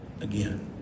again